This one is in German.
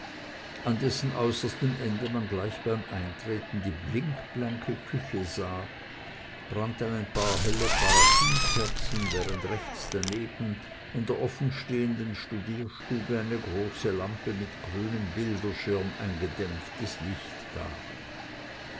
an dessen äußerstem ende man gleich beim eintreten die blinkblanke küche sah brannten ein paar helle paraffinkerzen während rechts daneben in der offenstehenden studierstube eine große lampe mit grünem bilderschirm ein gedämpftes licht gab